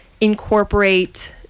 incorporate